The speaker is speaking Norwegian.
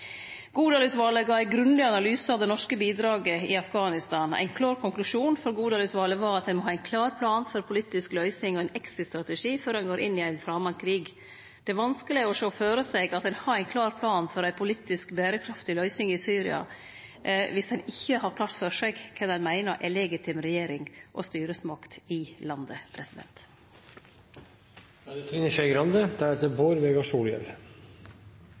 grundig analyse av det norske bidraget i Afghanistan. Ein klar konklusjon for Godal-utvalet var at ein må ha ein klar plan for politisk løysing og ein exit-strategi før ein går inn i ein framand krig. Det er vanskeleg å sjå føre seg at ein har ein klar plan for ei politisk berekraftig løysing i Syria, dersom ein ikkje har det klart for seg kven ein meiner er legitim regjering og styresmakt i landet.